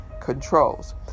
controls